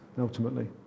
ultimately